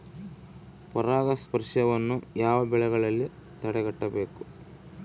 ಪರಾಗಸ್ಪರ್ಶವನ್ನು ಯಾವ ಬೆಳೆಗಳಲ್ಲಿ ತಡೆಗಟ್ಟಬೇಕು?